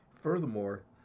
Furthermore